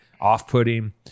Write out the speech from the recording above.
off-putting